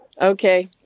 Okay